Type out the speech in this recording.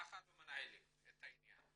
ככה לא מנהלים את העניין.